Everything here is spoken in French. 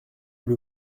lui